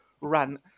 rant